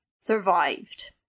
survived